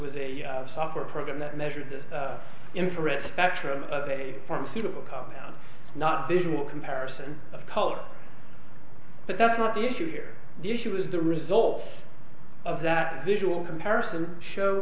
was a software program that measured the infrared spectrum of a pharmaceutical company not visual comparison of color but that's not the issue here the issue is the results of that visual comparison show